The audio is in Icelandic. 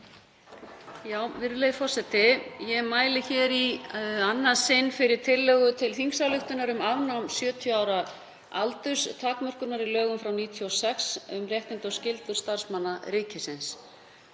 Virðulegi forseti. Ég mæli hér í annað sinn fyrir tillögu til þingsályktunar um afnám 70 ára aldurstakmörkunar í lögum nr. 70/1996, um réttindi og skyldur starfsmanna ríkisins.